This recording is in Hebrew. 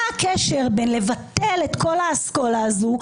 מה הקשר לביטול כל האסכולה הזאת?